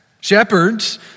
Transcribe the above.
Shepherds